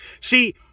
See